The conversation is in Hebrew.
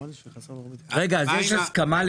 אז יש הסכמה?